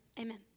Amen